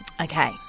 Okay